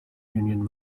union